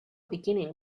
beginning